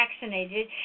vaccinated